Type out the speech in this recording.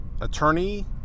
attorney